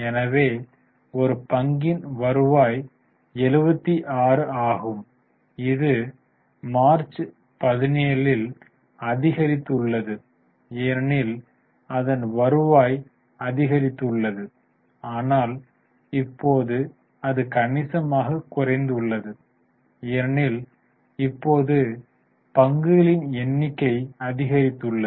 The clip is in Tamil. எனவே ஒரு பங்கின் வருவாய் 76 ஆகும் இது மார்ச் 17 இல் அதிகரித்துள்ளது ஏனெனில் அதன் வருவாய் அதிகரித்துள்ளது ஆனால் இப்போது அது கணிசமாகக் குறைந்துள்ளது ஏனெனில் இப்போது பங்குகளின் எண்ணிக்கை அதிகரித்துள்ளது